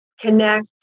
Connect